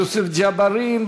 יוסף ג'בארין,